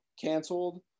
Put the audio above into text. canceled